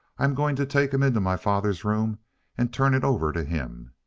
i'm going to take him into my father's room and turn it over to him.